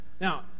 Now